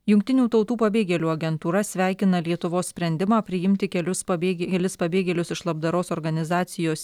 jungtinių tautų pabėgėlių agentūra sveikina lietuvos sprendimą priimti kelius pabėgėlis pabėgėlius iš labdaros organizacijos